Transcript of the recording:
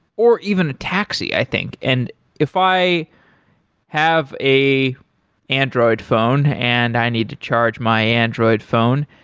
or even a taxi i think, and if i have a android phone and i need to charge my android phone,